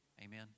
Amen